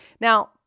Now